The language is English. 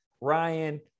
Ryan